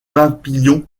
papillons